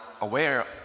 aware